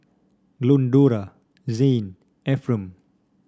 Glendora Zayne Efrem